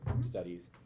studies